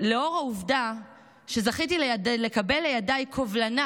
לאור העובדה שזכיתי לקבל לידיי קובלנה